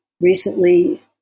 recently